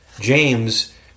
James